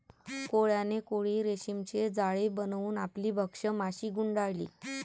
कोळ्याने कोळी रेशीमचे जाळे बनवून आपली भक्ष्य माशी गुंडाळली